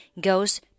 goes